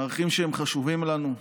ערכים שהם חשובים לנו,